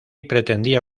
pretendía